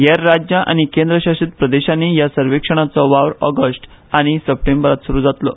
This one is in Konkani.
हेर राज्या आनी केंद्रशासीत प्रदेशानी ह्या सर्वेक्षणाचो वावर ऑगस्ट आनी सप्टेंबरात सुरु जातलो